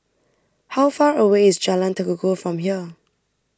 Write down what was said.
how far away is Jalan Tekukor from here